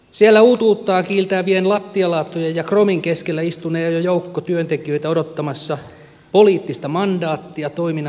siellä uutuuttaan kiiltävien lattialaattojen ja kromin keskellä istunee jo joukko työntekijöitä odottamassa poliittista mandaattia toiminnan aloittamiselle